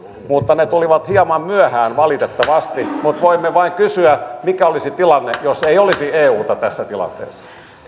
mutta ne tulivat hieman myöhään valitettavasti mutta voimme vain kysyä mikä olisi tilanne jos ei olisi euta tässä tilanteessa